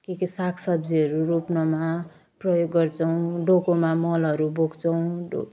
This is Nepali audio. के के सागसब्जीहरू रोप्नमा प्रयोग गर्छौँ डोकोमा मलहरू बोक्छौँ